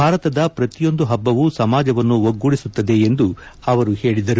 ಭಾರತದ ಪ್ರತಿಯೊಂದು ಪಭ್ಗವು ಸಮಾಜವನ್ನು ಒಗ್ಗೂಡಿಸುತ್ತದೆ ಎಂದು ಹೇಳಿದರು